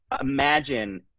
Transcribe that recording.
imagine